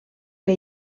que